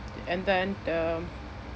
and then the